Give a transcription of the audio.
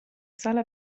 sala